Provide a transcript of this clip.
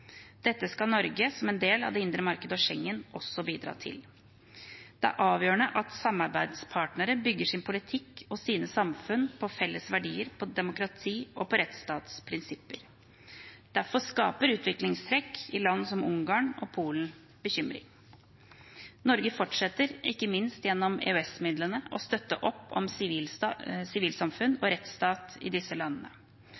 skal Norge, som en del av det indre marked og Schengen, også bidra til. Det er avgjørende at samarbeidspartnere bygger sin politikk og sine samfunn på felles verdier, på demokrati og på rettsstatsprinsipper. Derfor skaper utviklingstrekk i land som Ungarn og Polen bekymring. Norge fortsetter, ikke minst gjennom EØS-midlene, å støtte opp om sivilsamfunn